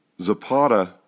Zapata